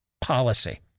policy